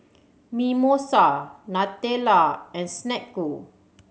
Mimosa Nutella and Snek Ku